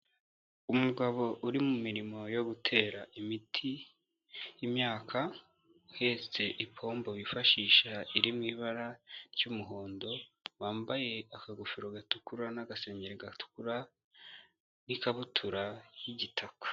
Umugabo uri mu mirimo yo gutera imiti imyaka uhetse ipombo bifashisha iri mu ibara ry'umuhondo, wambaye akagofero gatukura n'agasengeri gatukura n'ikabutura y'igitaka.